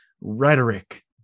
rhetoric